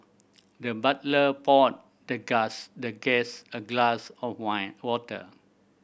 the butler poured the the guess a glass of wine water